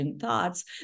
thoughts